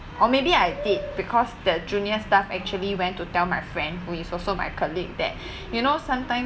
or maybe I did because the junior staff actually went to tell my friend who is also my colleague that you know sometime